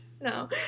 No